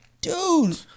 Dude